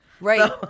Right